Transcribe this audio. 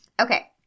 Okay